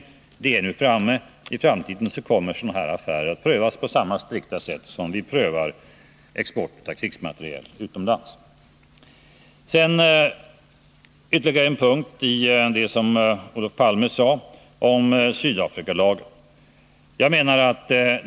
Det förslaget är nu framlagt, och i framtiden kommer sådana här affärer att prövas på samma strikta sätt som vi prövar exporten av krigsmateriel. Sedan vill jag ta upp det som Olof Palme sade om Sydafrikalagen.